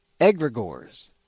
Egregores